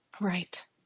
Right